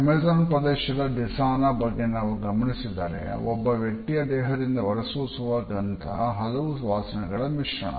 Amazon ಪ್ರದೇಶದ ದೇಸಾನ ಬಗ್ಗೆ ನಾವು ಗಮನಿಸಿದರೆ ಗಮನಿಸಿದರೆ ಒಬ್ಬ ವ್ಯಕ್ತಿಯ ದೇಹದಿಂದ ಹೊರಸೂಸುವ ಗಂಧ ಹಲವು ವಾಸನೆಗಳ ಮಿಶ್ರಣ